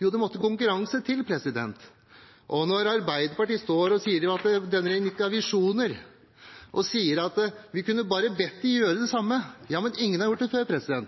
Jo, det måtte konkurranse til. Arbeiderpartiet sier at denne regjeringen ikke har visjoner og sier at vi bare kunne bedt dem om å gjøre det samme. Ja, meningen gjort det før.